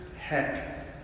heck